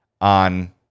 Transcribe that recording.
on